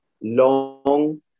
long